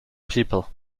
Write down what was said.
people